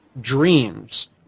dreams